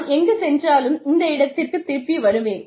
நான் எங்குச் சென்றாலும் இந்த இடத்திற்கு திரும்பி வருவேன்